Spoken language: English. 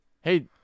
hey